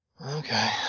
Okay